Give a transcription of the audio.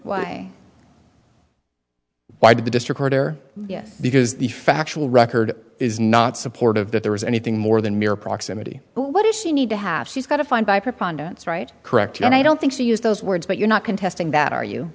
why why did the district order yes because the factual record is not supportive that there was anything more than mere proximity what does she need to have she's got a fine by preponderance right correct and i don't think she used those words but you're not contesting that are you